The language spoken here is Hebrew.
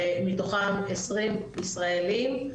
שמתוכם עשרים ישראלים,